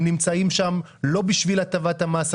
הם נמצאים שם לא בשביל הטבת המס,